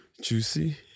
Juicy